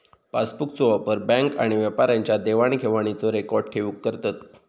पासबुकचो वापर बॅन्क आणि व्यापाऱ्यांच्या देवाण घेवाणीचो रेकॉर्ड ठेऊक करतत